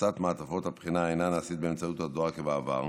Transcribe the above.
הפצת מעטפות הבחינה אינה נעשית באמצעות הדואר כבעבר.